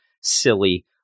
Silly